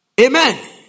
Amen